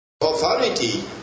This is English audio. authority